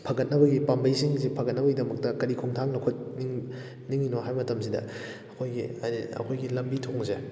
ꯐꯒꯠꯅꯕꯒꯤ ꯄꯥꯝꯕꯩꯁꯤꯡꯁꯤ ꯐꯒꯠꯅꯕꯒꯤ ꯗꯃꯛꯇ ꯀꯔꯤ ꯈꯣꯡꯊꯥꯡ ꯂꯧꯈꯠ ꯅꯤꯡꯉꯤꯅꯣ ꯍꯥꯏꯕ ꯃꯇꯝꯁꯤꯗ ꯑꯩꯈꯣꯏꯒꯤ ꯍꯥꯏꯗꯤ ꯑꯩꯈꯣꯏꯒꯤ ꯂꯝꯕꯤ ꯊꯣꯡꯁꯦ